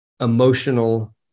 emotional